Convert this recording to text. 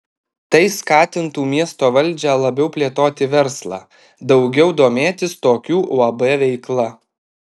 tai skatintų miesto valdžią labiau plėtoti verslą daugiau domėtis tokių uab veikla